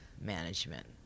management